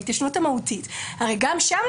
בהתיישנות המהותית גם שם,